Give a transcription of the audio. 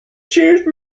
choose